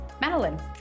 Madeline